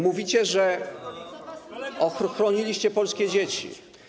Mówicie, że chroniliście polskie dzieci.